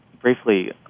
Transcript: briefly